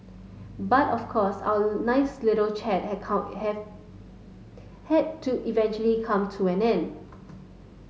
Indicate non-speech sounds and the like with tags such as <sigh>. but of course our nice little chat have <unintelligible> had to eventually come to an end